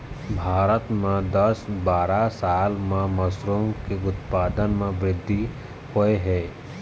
भारत म दस बारा साल म मसरूम के उत्पादन म बृद्धि होय हे